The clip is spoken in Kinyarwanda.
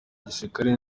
gisirikare